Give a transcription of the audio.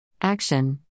Action